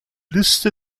liste